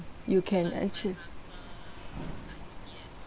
you can